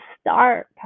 start